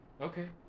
Okay